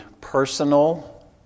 personal